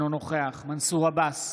אינו נוכח מנסור עבאס,